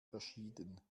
verschieden